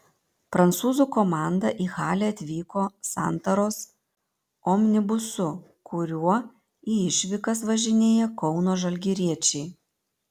prancūzų komanda į halę atvyko santaros omnibusu kuriuo į išvykas važinėja kauno žalgiriečiai